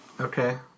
Okay